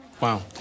Wow